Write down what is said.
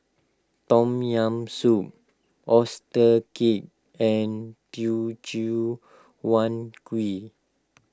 Tom Yam Soup Oyster Cake and Teochew Huat Kuih